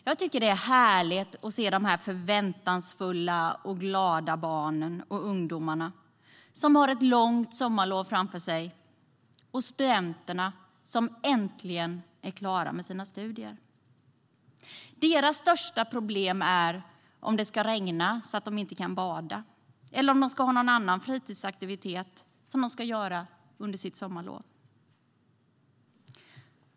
Jag tycker att det är härligt att se dessa förväntansfulla och glada barn och ungdomar som har ett långt sommarlov framför sig, och studenterna som äntligen är klara med sina studier. Deras största problem är om det ska regna så att de inte kan bada eller om de ska ha någon annan fritidsaktivitet under sommarlovet.